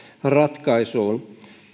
ratkaisuun